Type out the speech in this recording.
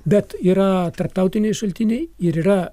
bet yra tarptautiniai šaltiniai ir yra